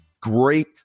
great